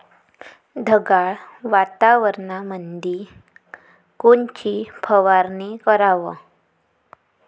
ढगाळ वातावरणामंदी कोनची फवारनी कराव?